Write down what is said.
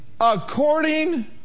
according